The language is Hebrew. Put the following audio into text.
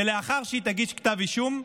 ולאחר שהיא תגיש כתב אישום,